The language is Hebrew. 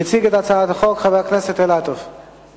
חברי חברי הכנסת, אנחנו